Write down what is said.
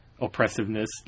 oppressiveness